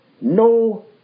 no